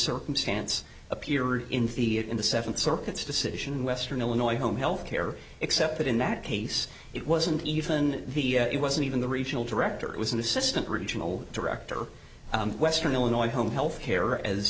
circumstance appeared in theater in the seven circuits decision western illinois home health care except that in that case it wasn't even the it wasn't even the regional director it was an assistant regional director western illinois home health care as